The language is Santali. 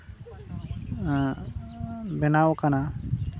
ᱵᱮᱱᱟᱣ ᱠᱟᱱᱟ